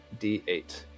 d8